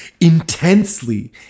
intensely